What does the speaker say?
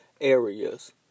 areas